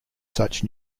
such